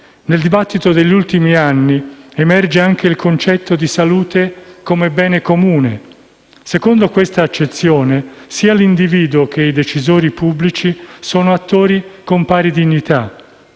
Nel dibattito degli ultimi anni emerge anche il concetto di salute come bene comune. Secondo questa accezione, sia l'individuo che i decisori pubblici sono attori con pari dignità.